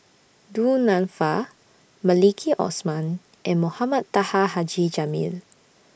Du Nanfa Maliki Osman and Mohamed Taha Haji Jamil